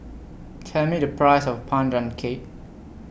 Tell Me The Price of Pandan Cake